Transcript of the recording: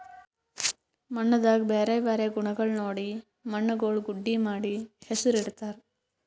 ಮಣ್ಣದಾಗ್ ಬ್ಯಾರೆ ಬ್ಯಾರೆ ಗುಣಗೊಳ್ ನೋಡಿ ಮಣ್ಣುಗೊಳ್ ಗುಡ್ಡಿ ಮಾಡಿ ಹೆಸುರ್ ಇಡತ್ತಾರ್